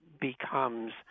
becomes